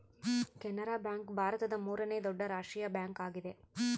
Canara bank ಭಾರತದ ಮೂರನೇ ದೊಡ್ಡ ರಾಷ್ಟ್ರೀಯ ಬ್ಯಾಂಕ್ ಆಗಿದೆ